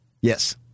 Yes